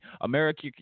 America